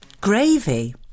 Gravy